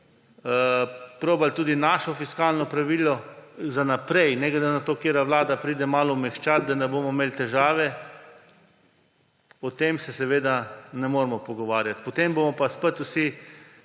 poskusili tudi naše fiskalno pravilo za naprej ne glede na to, katera vlada pride, malo omehčati, da ne bomo imeli težav, se o tem seveda ne moremo pogovarjati. Potem bomo pa spet vsi